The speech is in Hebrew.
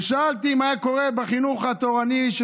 ושאלתי מה היה קורה בחינוך התורני של